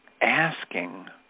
asking